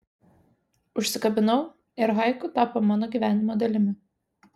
užsikabinau ir haiku tapo mano gyvenimo dalimi